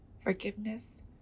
forgiveness